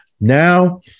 Now